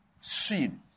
seed